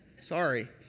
Sorry